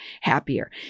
happier